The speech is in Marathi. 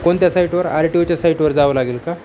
कोणत्या साईटवर आर टी ओच्या साईटवर जावं लागेल का